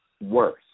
worse